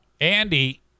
Andy